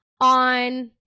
on